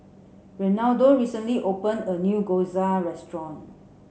Renaldo recently opened a new Gyoza restaurant